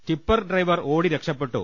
tipper driver ഓടി രക്ഷപ്പെട്ടു